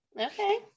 Okay